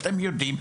אתם יודעים,